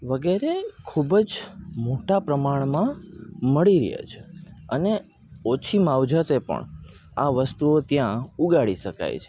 વગેરે ખૂબ જ મોટા પ્રમાણમાં મળી રહે છે અને ઓછી માવજતે પણ આ વસ્તુઓ ત્યાં ઉગાળી શકાય છે